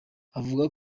avuga